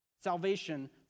Salvation